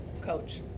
coach